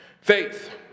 Faith